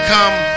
Come